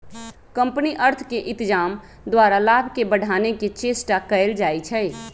company अर्थ के इत्जाम द्वारा लाभ के बढ़ाने के चेष्टा कयल जाइ छइ